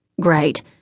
Great